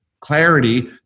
Clarity